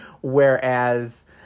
Whereas